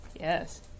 Yes